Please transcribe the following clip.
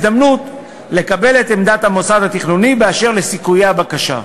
הזדמנות לקבל את עמדת המוסד התכנוני באשר לסיכויי הבקשה.